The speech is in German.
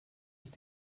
ist